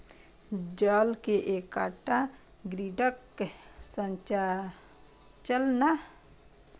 जाल कें एकटा ग्रिडक संरचना मे बुनल रेशा सं बनाएल जाइ छै